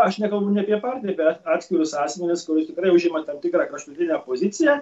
aš nekalbu ne apie partiją bet apie atskirus asmenis kurie tikrai užima tam tikrą kraštutinę poziciją